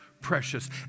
precious